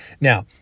Now